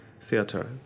theater